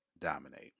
dominate